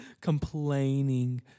complaining